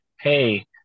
hey